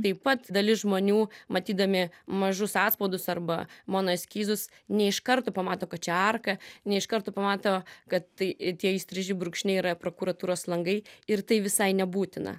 taip pat dalis žmonių matydami mažus atspaudus arba mano eskizus ne iš karto pamato kad čia arka ne iš karto pamato kad tai tie įstriži brūkšniai yra prokuratūros langai ir tai visai nebūtina